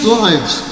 lives